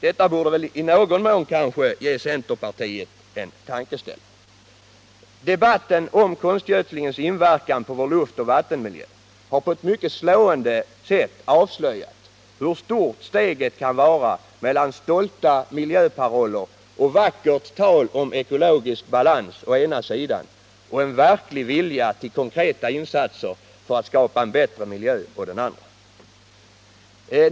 Detta borde väl i någon mån ge centerpartiet en tankeställare. Debatten om konstgödslingens inverkan på luftoch vattenmiljö har på ett mycket slående sätt avslöjat hur stort steget kan vara mellan stolta miljöparoller och vackert tal om ekologisk balans, å ena sidan, och en verklig vilja till konkreta insatser för att skapa en bättre miljö, å den andra.